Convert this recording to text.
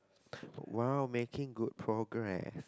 !wow! making good progress